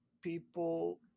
people